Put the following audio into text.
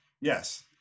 Yes